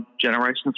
generations